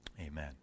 Amen